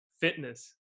fitness